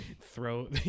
Throw